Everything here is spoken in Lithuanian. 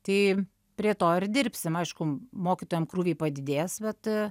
tai prie to ir dirbsim aišku mokytojam krūviai padidės bet